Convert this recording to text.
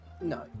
No